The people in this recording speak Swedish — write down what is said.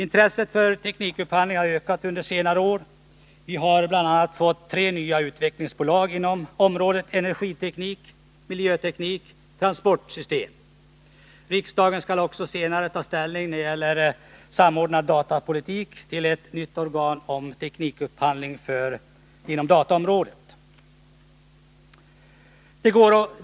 Intresset för teknikupphandling har ökat under senare år. Vi har bl.a. fått tre nya utvecklingsbolag inom områdena energiteknik, miljöteknik och transportsystem. Riksdagen skall också när det gäller samordnad datapolitik senare ta ställning till ett nytt organ för teknikupphandling inom dataområdet.